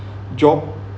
job